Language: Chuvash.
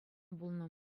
пулнӑ